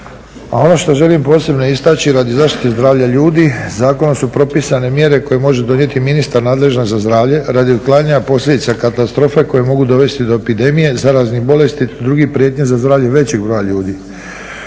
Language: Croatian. ono što želim posebno istaći radi zaštite zdravlja ljudi zakonom su propisane mjere koje može donijeti ministar nadležan za zdravlje radi otklanjanja posljedica katastrofe koje mogu dovesti do epidemije, zaraznih bolesti te drugih prijetnji za zdravlje većeg broja ljudi.